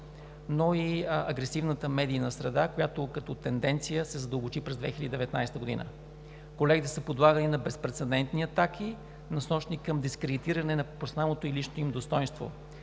но и агресивната медийна среда, която като тенденция се задълбочи през 2019 г. Колегите са подлагани на безпрецедентни атаки, насочени към дискредитиране на професионалното и личното им достойнство.